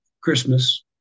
Christmas